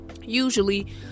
Usually